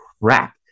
crap